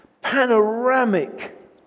panoramic